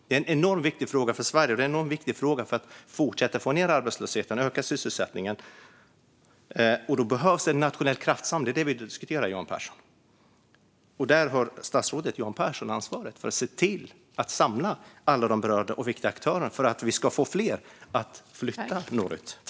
Det är en enormt viktig fråga för Sverige. Den är enormt viktig för att fortsätta få ned arbetslösheten och öka sysselsättningen. Då behövs en nationell kraftsamling. Det är det vi vill diskutera, Johan Pehrson. Statsrådet har ansvaret för att samla alla berörda och viktiga aktörer, för att vi ska få fler att flytta norrut.